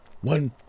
one